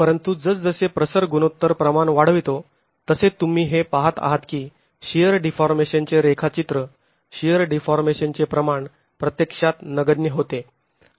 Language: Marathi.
परंतु जसजसे प्रसर गुणोत्तर प्रमाण वाढवितो तसे तुम्ही हे पहात आहात की शिअर डीफॉर्मेशन चे रेखाचित्र शिअर डीफॉर्मेशनचे प्रमाण प्रत्यक्षात नगण्य होते